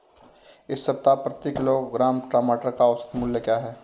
इस सप्ताह प्रति किलोग्राम टमाटर का औसत मूल्य क्या है?